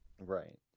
Right